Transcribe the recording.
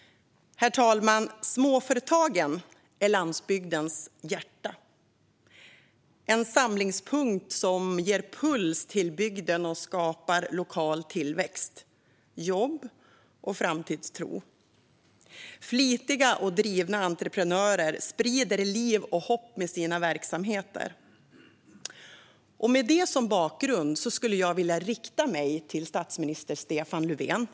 Herr talman! Småföretagen är landsbygdens hjärta - en samlingspunkt som ger puls till bygden och skapar lokal tillväxt, jobb och framtidstro. Flitiga och drivna entreprenörer sprider liv och hopp med sina verksamheter. Med detta som bakgrund skulle jag vilja rikta mig till statsminister Stefan Löfven.